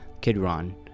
Kidron